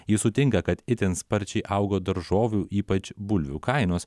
jis sutinka kad itin sparčiai augo daržovių ypač bulvių kainos